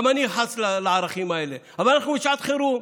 גם אני חס על הערכים האלה, אבל אנחנו בשעת חירום.